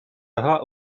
рога